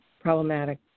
problematic